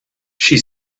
she